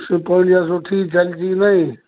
ସବୁ ଠିକ୍ ଚାଲିଛି କି ନାଇ